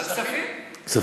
הכספים.